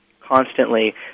constantly